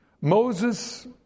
Moses